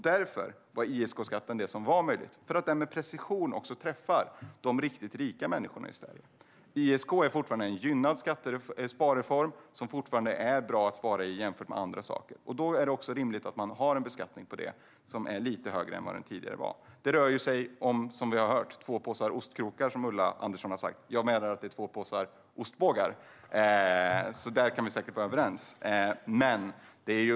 Därför var ISK-skatten den skatt som var möjlig att höja, eftersom den med precision träffar de riktigt rika människorna i Sverige. ISK är fortfarande en gynnad sparform, som fortfarande är bra att spara i jämfört med andra saker. Då är det också rimligt att ha en beskattning på denna sparform som är lite högre än vad den tidigare var. Det rör sig om två påsar ostkrokar, som Ulla Andersson har sagt. Jag menar att det rör sig om två påsar ostbågar, så där kan vi säkert vara överens.